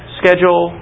schedule